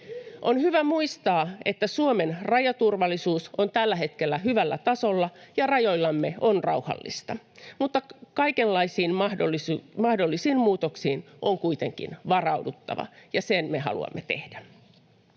On hyvä muistaa, että Suomen rajaturvallisuus on tällä hetkellä hyvällä tasolla ja rajoillamme on rauhallista, mutta kaikenlaisiin mahdollisiin muutoksiin on kuitenkin varauduttava, ja sen me haluamme tehdä.